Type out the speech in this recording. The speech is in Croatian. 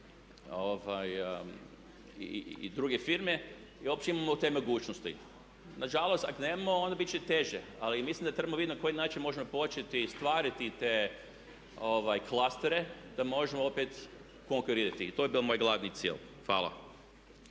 i druge firme da li uopće imamo te mogućnosti. Nažalost, ako nemamo onda bit će teže, ali mislim da trebamo vidjeti na koji način možemo početi stvarati te klastere da možemo opet konkurirati. I to je bio moj glavni cilj. Hvala.